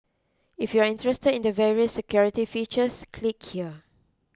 if you're interested in the various security features click here